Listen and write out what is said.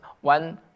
one